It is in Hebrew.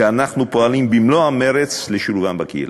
שאנחנו פועלים במלא המרץ לשילובם בקהילה.